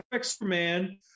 Superman